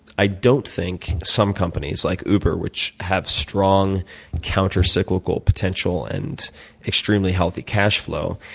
i don't think some companies, like uber, which have strong countercyclical potential and extremely healthy cash flow,